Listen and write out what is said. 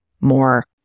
more